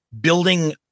building